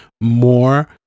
more